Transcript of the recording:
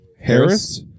Harris